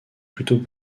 plutôt